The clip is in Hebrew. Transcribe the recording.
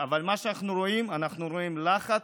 אבל מה שאנחנו רואים, אנחנו רואים לחץ.